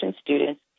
students